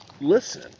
listen